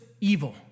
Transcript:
evil